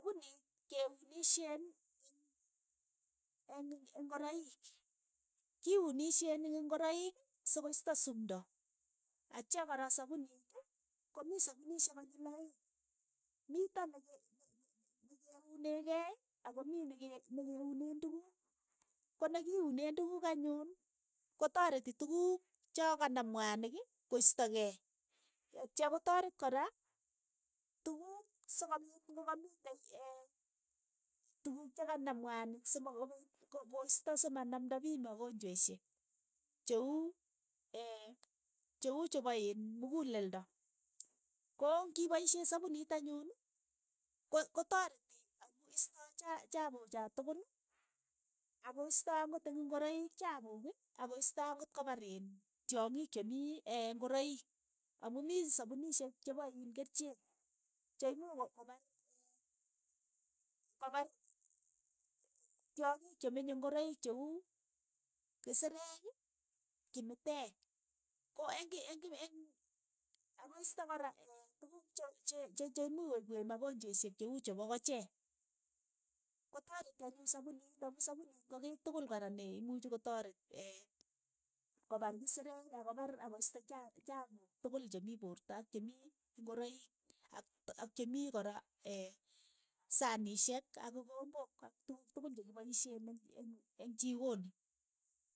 Sapuniit ke unisheen eng' eng' ingoroik, ki unisheen eng ngoroik so ko isto sumndo, atcha kora sapuniit ko mii sapunishek konyil aeng', mito neke ne ke uneekei ako mii neke ne keuneen tukuk, ko ne kiuneen tukuk anyun kotareti tukuuk cha kanaam mwanik koistakei, yetcha kotaret kora tukuuk sokopiit ngo kamitei tukuk cha kanam mwanik simakopiit ko- koisto si ma namnda piich magonjeshwek, che uu che uu chepo iin mukuleldo, ko ngi paishe sapunit anyuni ko- kotareti amu istoi cha- chapuchoo tukul ako isto akot ing' ingoroik chapuuk ii, akoistoi ang'ot kopar iin tyongik che mii ngoroik amu mii sapunishek chepo iin kericheek, che imuuch ko- kopar kopar tyongik chemenye ingoroik che uu kisireek, kimiteek, ko eng' eng' eng' ak koisto korook tukuuk che- che- che imuuch koipweech makonjeshek che uu chepo kocheek, kotareti anyun sapuniit amu sapuniit ko kiy tukul kora ne imuchi kotaret kopar kisireek ak kopar ak koisto chapu chapuuk tokol che mii poorto ak chemii ngoroik ak chemii kora sanishek ak kikombok ak tukuuk tukul chekipaishe eng'-eng'-chikoni.